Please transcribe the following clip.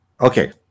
okay